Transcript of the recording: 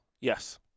yes